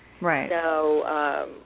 Right